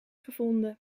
gevonden